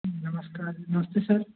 नमस्कार नमस्ते सर